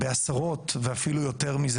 בעשרות ואפילו יותר מזה,